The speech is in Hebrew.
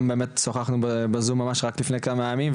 גם באמת שוחחנו בזום ממש רק לפני כמה ימים,